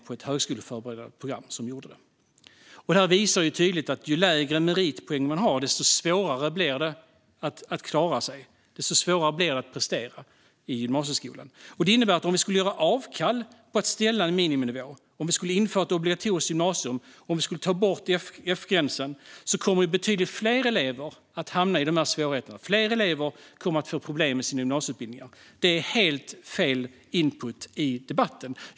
På ett högskoleförberedande program var det 49 procent av eleverna. Det visar tydligt att ju lägre meritpoäng eleven har, desto svårare blir det att klara sig och att prestera i gymnasieskolan. Det innebär att om man skulle göra avkall på att sätta en miniminivå, införa ett obligatoriskt gymnasium och ta bort Fgränsen kommer betydligt fler elever att hamna i svårigheter och få problem med sina gymnasieutbildningar. Det är helt fel input i debatten.